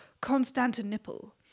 Constantinople